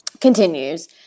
continues